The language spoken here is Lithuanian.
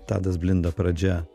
tadas blinda pradžia